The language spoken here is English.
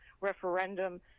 referendum